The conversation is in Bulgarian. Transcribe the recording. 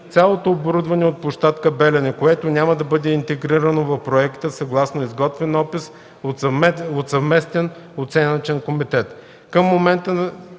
цялото оборудване от площадка „Белене”, което няма да бъде интегрирано в проекта съгласно изготвен опис от съвместен оценъчен комитет.